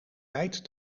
tijd